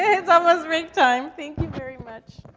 it's almost break time. thank you very much.